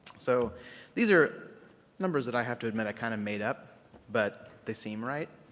so these are numbers that i have to admit i kind of made up but they seem right.